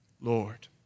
Lord